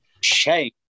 Shame